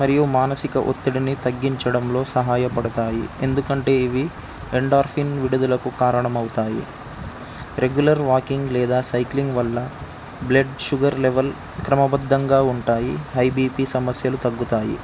మరియు మానసిక ఒత్తిడిని తగ్గించడంలో సహాయపడతాయి ఎందుకంటే ఇవి ఎన్డార్ఫిన్ విడుదలకు కారణమవుతాయి రెగ్యులర్ వాకింగ్ లేదా సైక్లింగ్ వల్ల బ్లడ్ షుగర్ లెవెల్ క్రమబద్ధంగా ఉంటాయి హై బీ పీ సమస్యలు తగ్గుతాయి